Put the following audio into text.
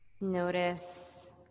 Notice